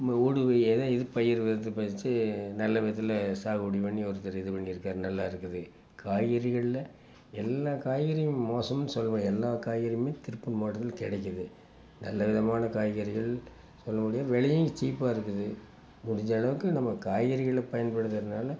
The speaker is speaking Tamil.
பயிர் வெதை பதிச்சு நல்ல விதத்தில் சாகுபடி பண்ணி ஒருத்தர் இது பண்ணியிருக்கார் நல்லாயிருக்குது காய்கறிகள்ல எல்லா காய்கறியும் மோசம்னு சொல்லமுடியாது எல்லா காய்கறியுமே திருப்பூர் மாவட்டத்தில் கிடைக்கிது நல்ல விதமான காய்கறிகள் அதனோடைய விலையும் சீப்பாக இருக்குது முடிஞ்ச அளவுக்கு நம்ம காய்கறிகள் பயன்படுத்துறதனால